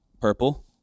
purple